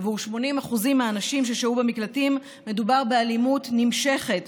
עבור 80% מהנשים ששהו במקלטים מדובר באלימות נמשכת,